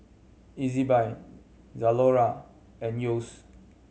Ezbuy Zalora and Yeo's